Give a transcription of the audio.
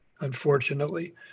unfortunately